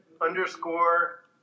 underscore